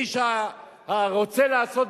ואיש הרוצה לעשות,